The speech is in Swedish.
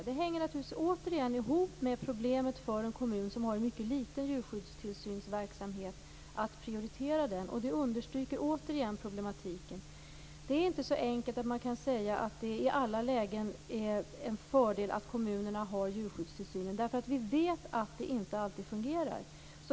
Det hänger återigen ihop med problemet för en kommun som har en mycket liten djurskyddstillsynsverksamhet att prioritera den. Det understryker återigen problematiken. Det är inte så enkelt att man kan säga att det i alla lägen är en fördel att kommunerna har djurskyddstillsynen. Vi vet att det inte alltid fungerar.